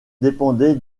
dépendait